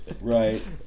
right